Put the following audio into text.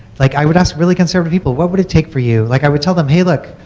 like i would ask really conservative people, what would it take for you like i would tell them, hey, look,